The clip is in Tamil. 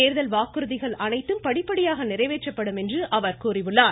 தேர்தல் வாக்குறுதிகள் அனைத்தும் படிப்படியாக நிறைவேற்றப்படும் என்று அவர் கூறியுள்ளார்